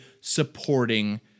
supporting